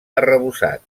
arrebossat